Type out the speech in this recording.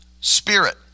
spirit